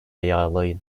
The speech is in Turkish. yağlayın